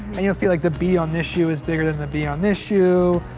and you'll see, like, the b on this shoe is bigger than the b on this shoe.